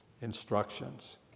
instructions